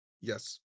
yes